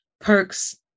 perks